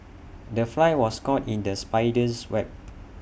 the fly was caught in the spider's web